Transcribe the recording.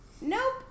Nope